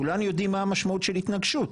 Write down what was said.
כולם יודעים מה המשמעות של התנגשות,